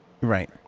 right